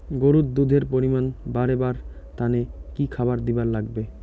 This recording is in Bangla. গরুর দুধ এর পরিমাণ বারেবার তানে কি খাবার দিবার লাগবে?